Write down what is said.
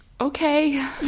okay